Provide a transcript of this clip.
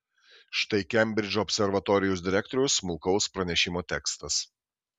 štai kembridžo observatorijos direktoriaus smulkaus pranešimo tekstas